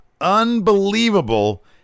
unbelievable